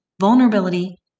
vulnerability